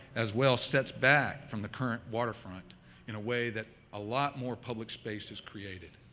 as well sits back from the current water front in a way that a lot more public space is created.